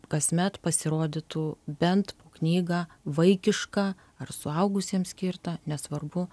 kasmet pasirodytų bent po knygą vaikišką ar suaugusiems skirtą nesvarbu